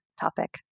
topic